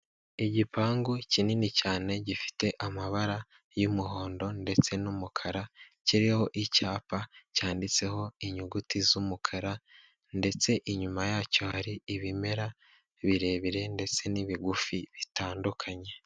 Igipangu kinini cyane gifite amabara y'umuhondo ndetse n'umukara, kiriho icyapa cyanditseho inyuguti z'umukara, ndetse inyuma yacyo hari ibimera birebire ndetse n'ibigufi bitandukanye.